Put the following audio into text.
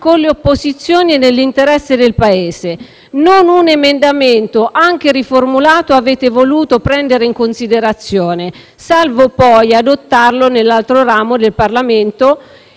con le opposizioni e nell'interesse del Paese: non un emendamento, anche riformulato, avete voluto prendere in considerazione (salvo poi adottarlo nell'altro ramo del Parlamento),